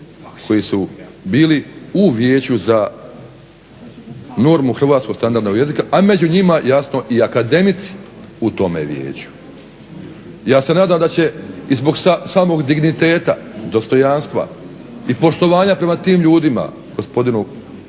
koji su bili u Vijeću za normu hrvatskog standardnog jezika, a među njima jasno i akademici u tome vijeću. Ja se nadam da će i zbog samog digniteta, dostojanstva i poštovanja prema tim ljudima, gospodinu akademiku